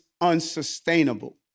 unsustainable